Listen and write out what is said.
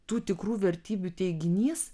tų tikrų vertybių teiginys